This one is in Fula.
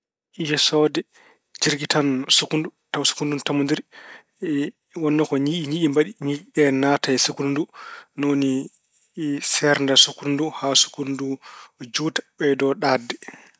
Yesoode jirgitan sukkundu tawa sukkundu ndu ina tamondiri. wonno ko ñii- ñiiƴe mbaɗi, ñiiƴe ɗe naata e sukkundu ndu. Ni woni seerda sukkundu ndu haa sukkundu ndu juuta, ɓeydo ɗaatde.